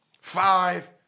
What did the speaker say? Five